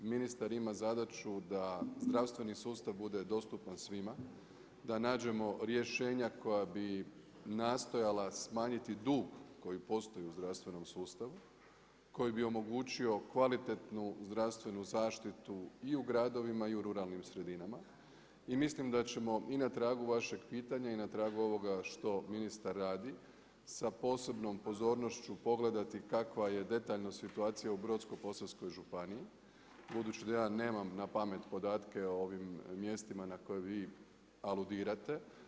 Ministar ima zadaću da zdravstveni sustav bude dostupan svima, da nađemo rješenja koja bi nastojala smanjiti dug koji postoji u zdravstvenom sustavu, koji bi omogućio kvalitetnu zdravstvenu zaštitu u i gradovima i u ruralnim sredinama, i mislim da ćemo i na tragu vašeg pitanja i na tragu ovoga što ministar radi sa posebnom pozornošću pogledati kakva je detaljno situacija u Brodsko-posavskoj županiji budući da ja nemam napamet podatke o ovim mjestima na koja vi aludirate.